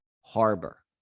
harbor